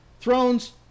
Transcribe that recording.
thrones